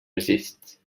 resists